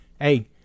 Hey